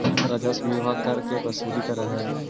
राजस्व विभाग कर के वसूली करऽ हई